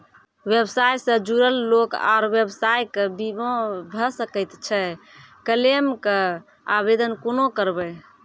व्यवसाय सॅ जुड़ल लोक आर व्यवसायक बीमा भऽ सकैत छै? क्लेमक आवेदन कुना करवै?